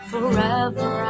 Forever